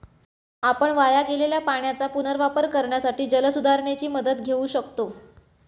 आपण वाया गेलेल्या पाण्याचा पुनर्वापर करण्यासाठी जलसुधारणेची मदत घेऊ शकतो